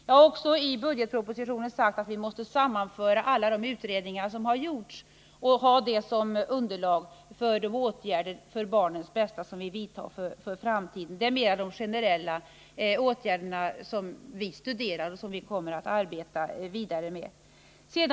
Jag har också i budgetpropositionen sagt att vi måste sammanföra alla de utredningar som har gjorts och ha detta som underlag för de åtgärder för barnens bästa som vi kommer att vidta för framtiden. Det är de mera generella åtgärderna som vi studerar och kommer att arbeta vidare med.